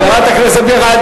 חברת הכנסת מיכאלי,